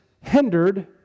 hindered